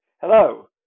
Hello